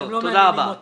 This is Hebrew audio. אתם לא מעניינים אותם.